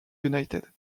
united